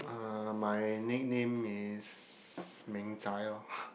uh my nickname is Meng-Zai lor